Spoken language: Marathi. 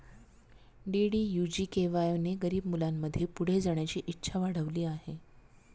डी.डी.यू जी.के.वाय ने गरीब मुलांमध्ये पुढे जाण्याची इच्छा वाढविली आहे